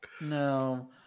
No